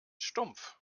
stumpf